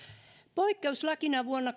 poikkeuslakina vuonna